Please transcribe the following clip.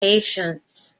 patience